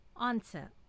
Answer